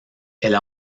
elle